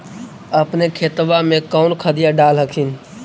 अपने खेतबा मे कौन खदिया डाल हखिन?